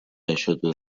gaixotu